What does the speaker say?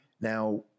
now